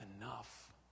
enough